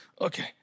okay